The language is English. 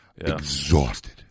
Exhausted